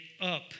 up